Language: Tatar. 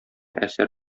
әсәр